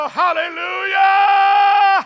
hallelujah